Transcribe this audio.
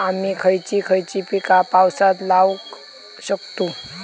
आम्ही खयची खयची पीका पावसात लावक शकतु?